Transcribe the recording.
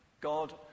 God